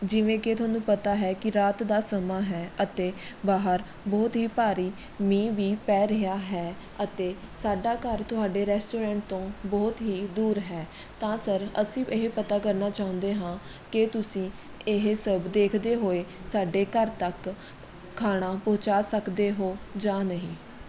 ਜਿਵੇਂ ਕਿ ਤੁਹਾਨੂੰ ਪਤਾ ਹੈ ਕਿ ਰਾਤ ਦਾ ਸਮਾਂ ਹੈ ਅਤੇ ਬਾਹਰ ਬਹੁਤ ਹੀ ਭਾਰੀ ਮੀਂਹ ਵੀ ਪੈ ਰਿਹਾ ਹੈ ਅਤੇ ਸਾਡਾ ਘਰ ਤੁਹਾਡੇ ਰੈਸਟੋਰੈਂਟ ਤੋਂ ਬਹੁਤ ਹੀ ਦੂਰ ਹੈ ਤਾਂ ਸਰ ਅਸੀਂ ਇਹ ਪਤਾ ਕਰਨਾ ਚਾਹੁੰਦੇ ਹਾਂ ਕਿ ਤੁਸੀਂ ਇਹ ਸਭ ਦੇਖਦੇ ਹੋਏ ਸਾਡੇ ਘਰ ਤੱਕ ਖਾਣਾ ਪਹੁੰਚਾ ਸਕਦੇ ਹੋ ਜਾਂ ਨਹੀਂ